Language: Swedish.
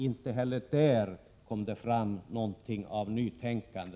Inte heller där kom det fram någonting av nytänkande.